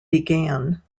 began